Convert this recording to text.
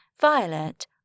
Violet